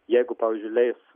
jeigu pavyzdžiui leis